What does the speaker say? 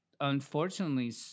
unfortunately